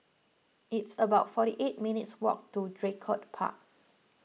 it's about forty eight minutes' walk to Draycott Park